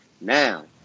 Now